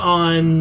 on